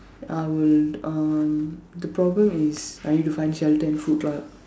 I would um the problem is I need to find shelter and food lah